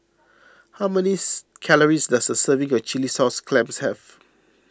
how many calories does a serving of Chilli Sauce Clams have